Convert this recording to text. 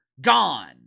Gone